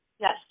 Yes